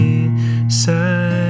inside